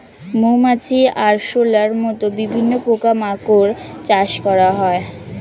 মৌমাছি, আরশোলার মত বিভিন্ন পোকা মাকড় চাষ করা হয়